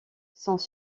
sans